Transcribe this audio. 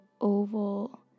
oval